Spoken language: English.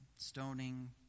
Stoning